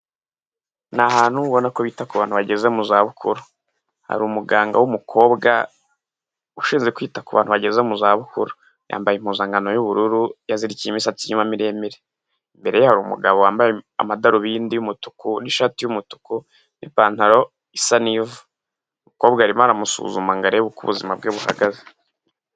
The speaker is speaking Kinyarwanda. Ni ahantu ubona ko bita ku bantu bageze mu zabukuru, hari umuganga w'umukobwa ushinzwe kwita ku bantu bageze mu zabukuru, yambaye impuzankano y'ubururu, yazirikiye imisatsi inyuma miremire, imbere ye hari umugabo wambaye amadarubindi y'umutuku n'ishati y'umutuku n'ipantaro isa n'ivu. Umukobwa arimo aramusuzuma ngo arebe uko ubuzima bwe buhagaze.